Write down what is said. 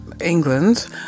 England